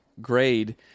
grade